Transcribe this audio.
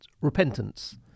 repentance